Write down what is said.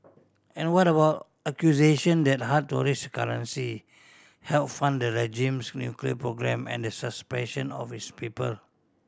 and what about accusation that hard tourist currency help fund the regime's nuclear program and the suppression of its people